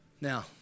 Now